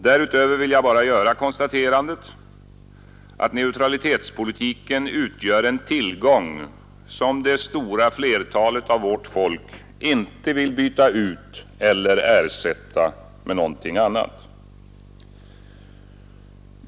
Därutöver vill jag bara göra konstaterandet, att neutralitetspolitiken är en tillgång som det stora flertalet av vårt folk inte vill byta ut eller ersätta med någonting annat.